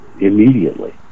immediately